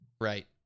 Right